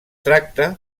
tracta